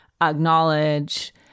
acknowledge